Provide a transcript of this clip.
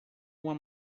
uma